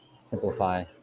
simplify